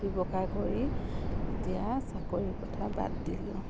ব্যৱসায় কৰি এতিয়া চাকৰিৰ কথা বাদ দিলোঁ